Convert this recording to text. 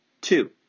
Two